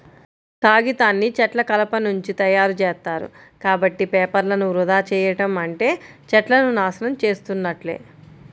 కాగితాన్ని చెట్ల కలపనుంచి తయ్యారుజేత్తారు, కాబట్టి పేపర్లను వృధా చెయ్యడం అంటే చెట్లను నాశనం చేసున్నట్లే